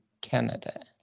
Canada